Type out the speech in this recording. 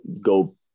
Go